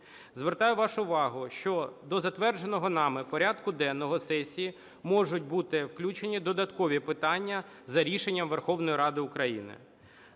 Звертаю вашу увагу, що до затвердженого нами порядку денного сесії можуть бути включені додаткові питання за рішенням Верховної Ради України.